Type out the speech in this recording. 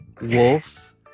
wolf